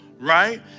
right